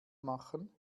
machen